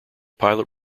pilot